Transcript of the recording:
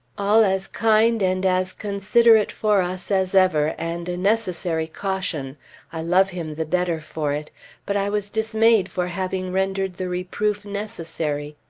all as kind and as considerate for us as ever, and a necessary caution i love him the better for it but i was dismayed for having rendered the reproof necessary.